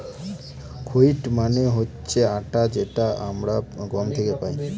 wheat মানে হচ্ছে আটা যেটা আমরা গম থেকে পাই